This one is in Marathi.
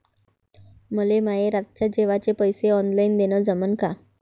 मले माये रातच्या जेवाचे पैसे ऑनलाईन देणं जमन का?